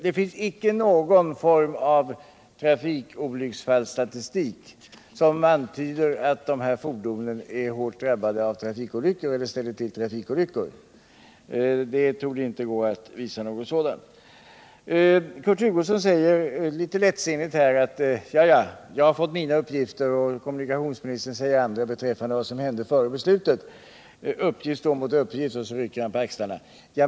Det finns icke någon form av trafikolycksfallsstatistik som antyder att dessa fordon ställer till med olyckor. Det torde inte gå att visa något sådant. Kurt Hugosson säger litet lättsinnigt: Jag har fått mina uppgifter och kommunikationsministern ger andra uppgifter om vad som hände före beslutet. Uppgift står mot uppgift, säger Kurt Hugosson och rycker på axlarna.